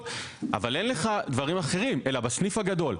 אבל אין לך דברים אחרים אלא בסניף הגדול.